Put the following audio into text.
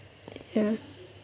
ya